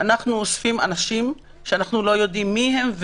אנחנו אוספים אנשים שאנחנו לא יודעים מי הם,